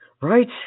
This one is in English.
Right